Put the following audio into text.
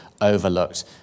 overlooked